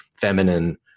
feminine